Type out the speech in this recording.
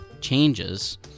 changes